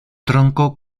tronco